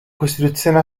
costituzione